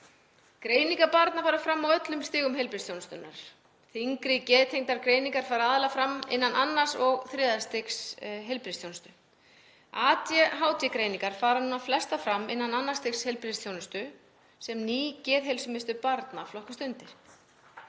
Greiningar barna fara fram á öllum stigum heilbrigðisþjónustunnar. Þyngri geðtengdar greiningar fara aðallega fram innan annars og þriðja stigs heilbrigðisþjónustu. ADHD-greiningar fara núna flestar fram innan annars stigs heilbrigðisþjónustu sem ný geðheilsumiðstöð barna flokkast undir